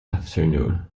afternoon